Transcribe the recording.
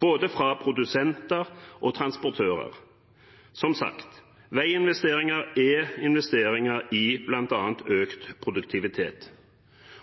både produsenter og transportører. Som sagt: Veiinvesteringer er investeringer i bl.a. økt produktivitet,